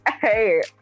hey